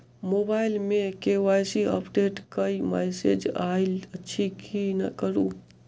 Mobile मे KYC update केँ message आइल अछि की करू?